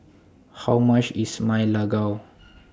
How much IS Ma Lai Gao